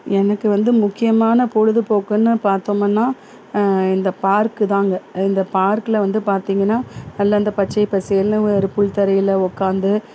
எனக்கு வந்து முக்கியமான பொழுதுபோக்குன்னு பார்த்தோமுன்னா இந்த பார்க்குதாங்க இந்த பார்கில் வந்து பார்த்தீங்கன்னா நல்ல அந்த பச்சை பசேல்னு ஒரு புல் தரையில் உட்காந்து